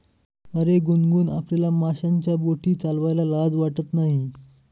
अरे गुनगुन, आपल्याला माशांच्या बोटी चालवायला लाज वाटत नाही